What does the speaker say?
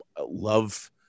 love